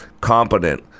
competent